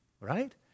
Right